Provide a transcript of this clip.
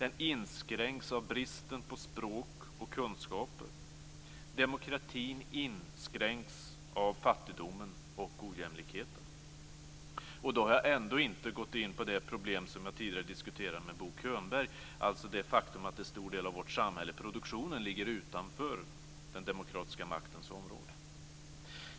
Den inskränks av bristen på språk och kunskaper. Demokratin inskränks av fattigdomen och ojämlikheten.